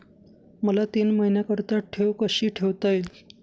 मला तीन महिन्याकरिता ठेव कशी ठेवता येईल?